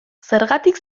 zergatik